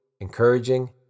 encouraging